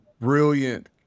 brilliant